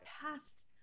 past